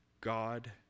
God